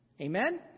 Amen